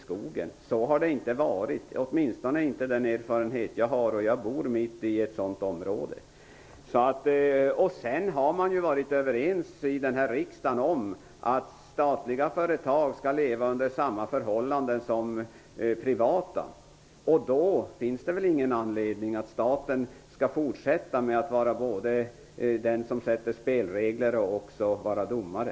Så har det inte varit, åtminstone inte efter vad jag har erfarit, och jag bor mitt i ett sådant område. Man har i denna riksdag varit överens om att statliga företag skall leva under samma förhållanden som privata. Då finns det väl ingen anledning att staten skall fortsätta med att både sätta spelregler och vara domare.